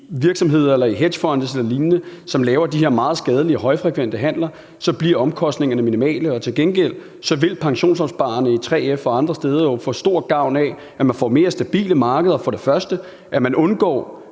virksomheder elle hedgefonde eller sådan noget lignende, som laver de her meget skadelige højfrekvente handler, så bliver omkostningerne minimale. Og til gengæld vil pensionsopsparerne i 3F og andre steder jo få stor gavn af, at markederne bliver mere stabile, og at man i et eller andet omfang undgår